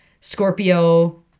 Scorpio